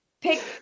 Pick